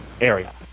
area